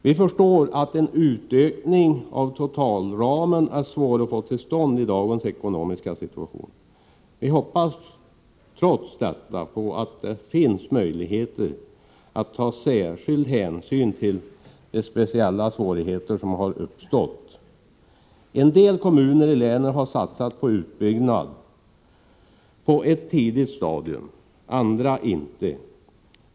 Vi förstår att en ökning av totalramen är svår att få till stånd i dagens ekonomiska situation. Vi hoppas trots detta på att det finns möjligheter att ta särskild hänsyn till de speciella svårigheter som har uppstått i Värmland. En del kommuner i länet har satsat på utbyggnad av den skyddade verksamheten på ett tidigt stadium, andra inte.